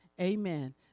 amen